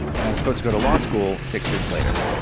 and i was supposed to go to law school six weeks later.